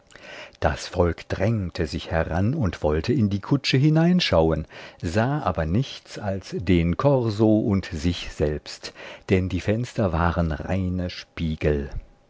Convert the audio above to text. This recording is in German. das volk drängte sich heran und wollte in die kutsche hineinschauen sah aber nichts als den korso und sich selbst denn die fenster waren reine spiegel